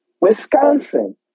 Wisconsin